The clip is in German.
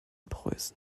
preußen